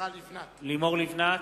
לימור לבנת,